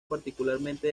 particularmente